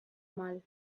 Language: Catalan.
mal